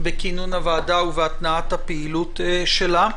בכינון הוועדה ובהתנעת הפעילות שלה.